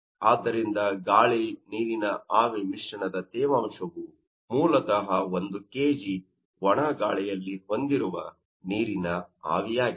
ಆದ್ದರಿಂದ ಗಾಳಿ ನೀರಿನ ಆವಿ ಮಿಶ್ರಣದ ತೇವಾಂಶವು ಮೂಲತಃ 1 kg ಒಣ ಗಾಳಿಯಲ್ಲಿ ಹೊಂದಿರುವ ನೀರಿನ ಆವಿಯಾಗಿದೆ